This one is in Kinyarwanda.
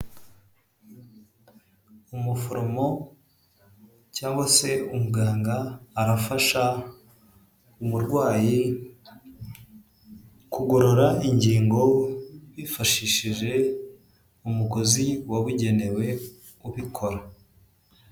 Umuforomo cyangwa se umuganga arafasha umurwayi kugorora ingingo yifashishije umugozi wabugenewe kubikora.